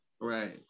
Right